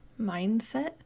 mindset